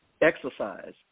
exercise